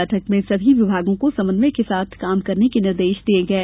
बैठक में सभी विभागों को समन्वय के साथ काम करने के निर्देश दिये गये